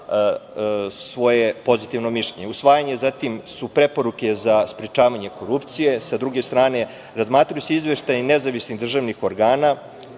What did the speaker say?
svoje pozitivno mišljenje. Zatim, preporuke za sprečavanje korupcije. Sa druge strane, razmatraju se izveštaji nezavisnih državnih organa,